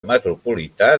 metropolità